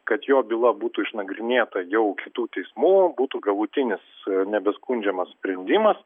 kad jo byla būtų išnagrinėta jau kitų teismų būtų galutinis nebeskundžiamas sprendimas